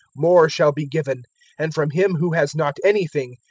more shall be given and from him who has not anything,